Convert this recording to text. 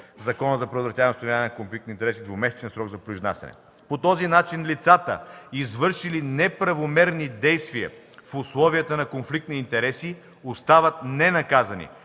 и установяване на конфликт на интереси двумесечен срок за произнасяне. По този начин лицата, извършили неправомерни действия в условията на конфликт на интереси, остават ненаказани,